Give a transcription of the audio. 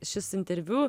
šis interviu